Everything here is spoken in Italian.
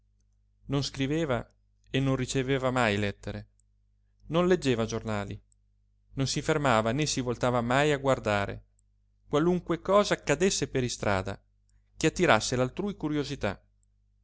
non scriveva e non riceveva mai lettere non leggeva giornali non si fermava né si voltava mai a guardare qualunque cosa accadesse per istrada che attirasse l'altrui curiosità